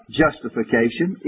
justification